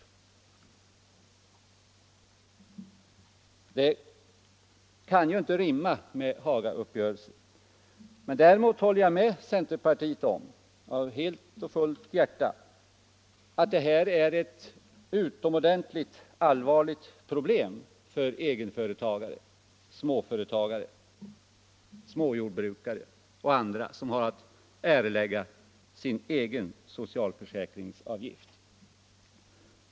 Det kan ju inte rimma med Hagauppgörelsen. Däremot håller jag helt och fullt med centerpartiet om att det här är ett utomordentligt allvarligt problem för egenföretagare, småföretagare, småjordbrukare och andra som har att erlägga sin egen socialförsäkringsavgift.